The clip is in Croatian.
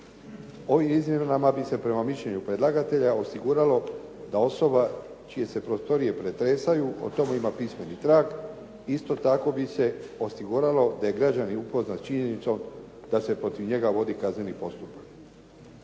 Ovim izmjenama bi se prema mišljenju predlagatelja osiguralo da osoba čije se prostorije pretresaju o tome ima pismeni trag i isto tako bi se osiguralo da je građanin upoznat s činjenicom da se protiv njega vodi kazneni postupak.